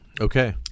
Okay